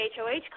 HOH